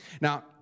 now